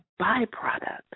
byproduct